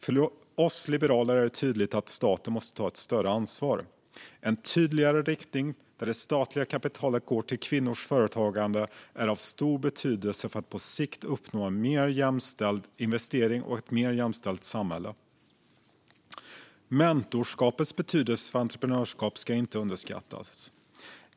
För oss liberaler är det tydligt att staten måste ta ett större ansvar. En tydligare riktning där det statliga kapitalet går till kvinnors företagande är av stor betydelse för att på sikt uppnå mer jämställda investeringar och ett mer jämställt samhälle. Mentorskapets betydelse för entreprenörskap ska inte underskattas.